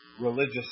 religious